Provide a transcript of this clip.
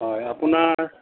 অ আপোনাৰ